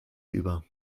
über